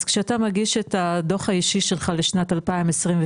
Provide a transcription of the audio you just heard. אז כשאתה מגיש את הדוח האישי שלך לשנת 2023,